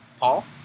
Paul